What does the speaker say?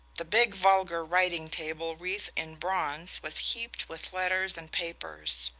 the big vulgar writing-table wreathed in bronze was heaped with letters and papers.